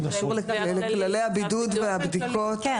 זה קשור לכללי הבידוד והבדיקות.